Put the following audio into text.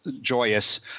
joyous